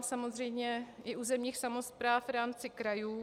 Samozřejmě i územních samospráv v rámci krajů.